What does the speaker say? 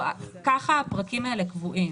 כך הפרקים האלה קבועים.